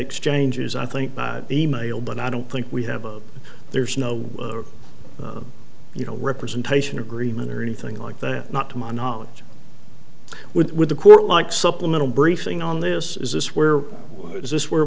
exchanges i think the mail but i don't think we have a there's no way you know representation agreement or anything like that not to my knowledge with the court like supplemental briefing on this is this where is this where